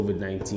COVID-19